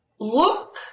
Look